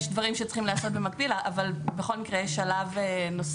יש דברים שצריכים להיעשות במקביל אבל בכל מקרה יש שלב נוסף.